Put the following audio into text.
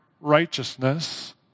righteousness